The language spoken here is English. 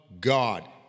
God